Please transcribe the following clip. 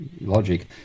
logic